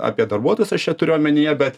apie darbuotojus aš čia turiu omenyje bet